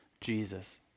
Jesus